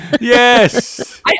Yes